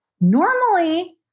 normally